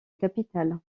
capitale